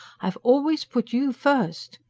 i've always put you first.